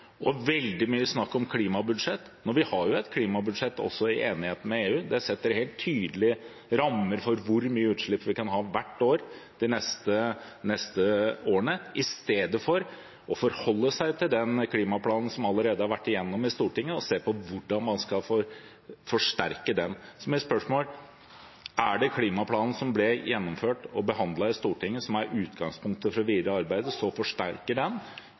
og veldig mye snakk om klimabudsjett – vi har jo et klimabudsjett også i enighet med EU, det setter helt tydelige rammer for hvor mye utslipp vi kan ha hvert år de neste årene – i stedet for å forholde seg til den klimaplanen som allerede har vært igjennom i Stortinget, og se på hvordan man skal få forsterket den? Er det klimaplanen som ble gjennomført og behandlet i Stortinget, som er utgangspunktet for det videre arbeidet, det å forsterke den,